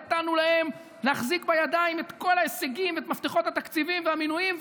נתנו להם להחזיק בידיים את כל ההישגים ואת מפתחות התקציבים והמינויים,